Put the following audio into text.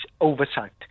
oversight